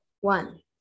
one